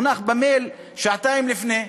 נשלח במייל שעתיים לפני כן,